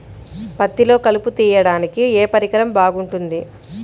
పత్తిలో కలుపు తీయడానికి ఏ పరికరం బాగుంటుంది?